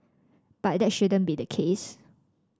but that shouldn't be the case